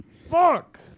fuck